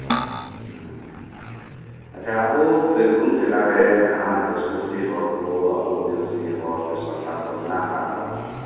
ᱦᱮᱸ ᱟᱪᱪᱷᱟ ᱟᱵᱚ ᱵᱤᱨᱵᱷᱩᱢ ᱡᱮᱞᱟ ᱨᱮ ᱡᱟᱦᱟᱸ ᱪᱟᱹᱥᱤ ᱵᱟᱹᱥᱤ ᱦᱚᱲ ᱠᱚ ᱟᱵᱚ ᱟᱹᱫᱤᱵᱟᱹᱥᱤ ᱦᱚᱲ ᱥᱮ ᱥᱟᱱᱛᱟᱲ ᱠᱚ ᱢᱮᱱᱟᱜ ᱟᱠᱟᱫ ᱠᱚᱣᱟ